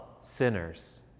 sinners